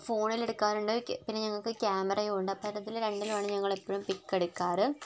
ഫോണിൽ എടുക്കാറുണ്ട് പിന്നെ ഞങ്ങൾക്ക് ക്യാമറയും ഉണ്ട് അപ്പോൾ അതിനകത്ത് രണ്ടിലുമാണ് ഞങ്ങൾ എപ്പോളും പിക് എടുക്കാറ്